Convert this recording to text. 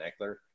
Eckler